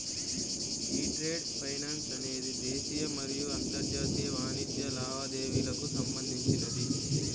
యీ trade finance అనేది దేశీయ మరియు అంతర్జాతీయ వాణిజ్య లావాదేవీలకు సంబంధించినది